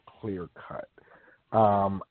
clear-cut